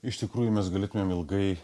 iš tikrųjų mes galėtumėm ilgai